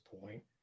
point